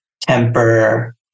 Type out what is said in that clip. temper